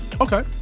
Okay